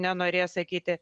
nenorės sakyti